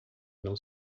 não